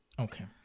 Okay